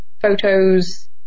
photos